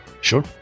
Sure